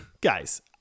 Guys